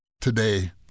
today